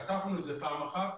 חטפנו את זה פעם אחת,